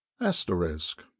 asterisk